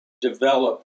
develop